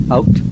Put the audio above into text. Out